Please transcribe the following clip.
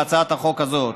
בהצעת החוק הזאת.